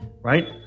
right